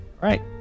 right